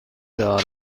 دارم